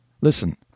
Listen